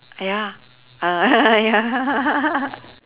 ya uh ya